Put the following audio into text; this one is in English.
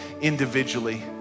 individually